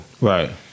Right